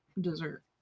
dessert